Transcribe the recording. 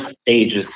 stages